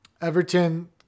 Everton